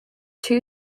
two